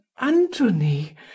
Antony